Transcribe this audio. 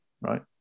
right